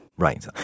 Right